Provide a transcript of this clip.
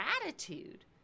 gratitude